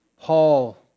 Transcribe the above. Paul